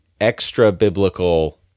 extra-biblical